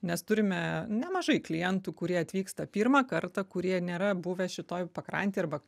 mes turime nemažai klientų kurie atvyksta pirmą kartą kurie nėra buvę šitoj pakrantėj arba